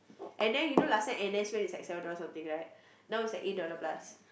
and then you know last time n_s man is like seven dollar something right now is like eight dollar plus